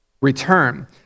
return